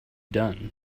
done